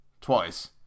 Twice